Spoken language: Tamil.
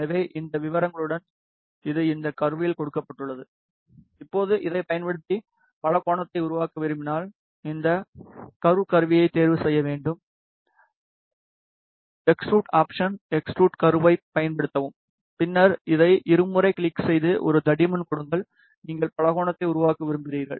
எனவே இந்த விவரங்களுடன் இது இந்த கர்வில் கொடுக்கப்பட்டுள்ளது இப்போது இதைப் பயன்படுத்தி பலகோணத்தை உருவாக்க விரும்பினால் இந்த கர்வு கருவியைத் தேர்வு செய்ய வேண்டும் எக்ஸ்ட்ரூட் ஆப்ஷன் எக்ஸ்ட்ரூட் கர்வைப் பயன்படுத்தவும் பின்னர் இதை இருமுறை கிளிக் செய்து ஒரு தடிமன் கொடுங்கள் நீங்கள் பலகோணத்தை உருவாக்க விரும்புகிறீர்கள்